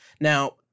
Now